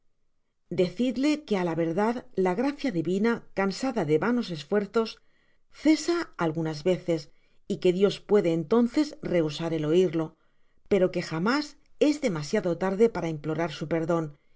decidle que á la verdad la gracia divina cansada de vanos esfuerzos cesa algunas veces y que dios puede entonces rehusar el oirlo pero que jamás es demasiado tarde para implorar su perdon